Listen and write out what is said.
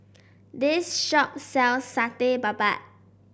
this shop sells Satay Babat